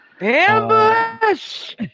Ambush